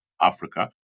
Africa